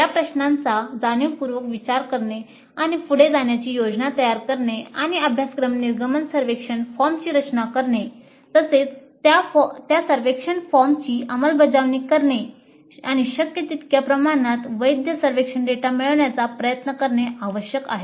या प्रश्नांचा जाणीवपूर्वक विचार करणे पुढे जाण्याची योजना तयार करणे अभ्यासक्रम निर्गमन सर्वेक्षण फॉर्मची रचना करणे तसेच त्या सर्वेक्षण फॉर्मची अंमलबजावणी करणे आणि शक्य तितक्या प्रमाणात वैध सर्वेक्षण डेटा मिळविण्याचा प्रयत्न करणे आवश्यक आहे